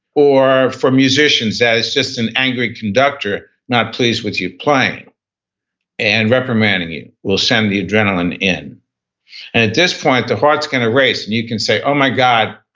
or for musicians, that's just an angry conductor not pleased with your playing and reprimanding you will send the adrenaline in. and at this point, the heart's going to race, and you can say, oh my god.